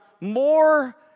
more